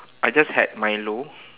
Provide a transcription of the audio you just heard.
I just had Milo